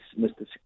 Mr